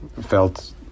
felt